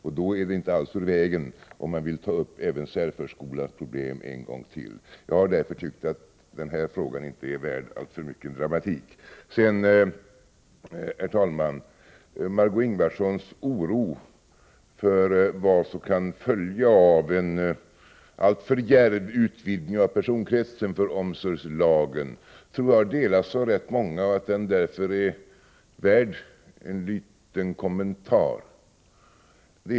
Då är det inte alls i vägen att ta upp även särförskolans problem en gång till. Jag har därför tyckt att den här frågan inte är värd alltför mycket dramatik. Herr talman! Margö Ingvardssons oro för vad som kan följa av en alltför djärv utvidgning av personkretsen för omsorgslagen tror jag delas av rätt många och därför är värd en liten kommentar.